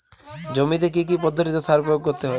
জমিতে কী কী পদ্ধতিতে সার প্রয়োগ করতে হয়?